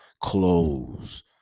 clothes